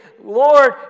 Lord